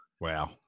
Wow